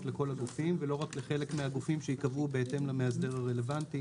הגופים ולא רק לחלק מהגופים שייקבעו בהתאם להסדר הרלוונטי